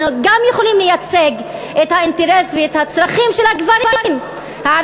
אנחנו גם יכולים לייצג את האינטרס ואת הצרכים של הגברים הערבים,